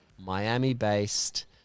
Miami-based